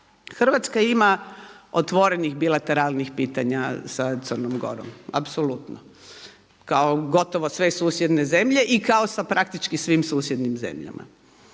Hrvatska ima otvorenih bilateralnih pitanja sa Crnom Gorom, apsolutno, kao gotovo sve susjedne zemlje i kao sa praktički svim susjednim zemljama.